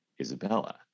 Isabella